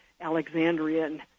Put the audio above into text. Alexandrian